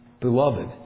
Beloved